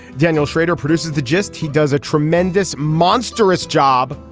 daniel schrader produces the gist. he does a tremendous monstrous job.